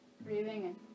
breathing